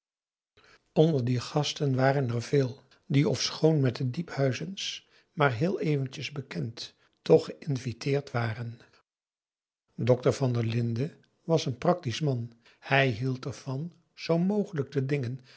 onder die gasten waren er veel die ofschoon met de diephuizens maar heel eventjes bekend toch geïnviteerd waren dokter van der linden was een practisch man hij hield er van zoo mogelijk de dingen